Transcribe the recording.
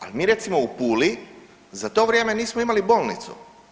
Ali, mi recimo u Puli za to vrijeme nismo imali bolnicu.